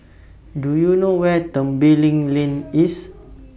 Do YOU know Where Tembeling Lane IS